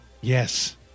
Yes